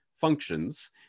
functions